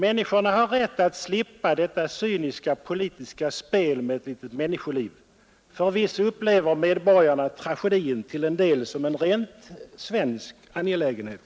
Människorna har rätt att slippa detta cyniska politiska spel med ett litet människoliv. Förvisso upplever medborgarna tragedin till en del som en rent svensk angelägenhet.